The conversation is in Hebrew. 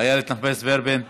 איילת נחמיאס ורבין,